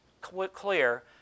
clear